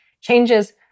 changes